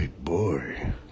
boy